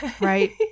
right